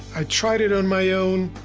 i tried it on my own.